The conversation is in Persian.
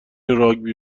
راگبی